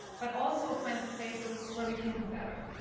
but also find the places where we can do better.